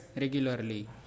regularly